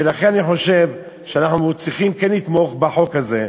ולכן אני חושב שאנחנו כן צריכים לתמוך בחוק הזה.